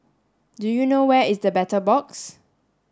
do you know where is The Battle Box